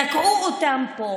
תקעו אותם פה,